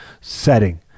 setting